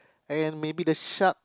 and maybe the shark